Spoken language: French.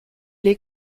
les